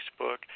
Facebook